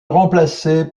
remplacé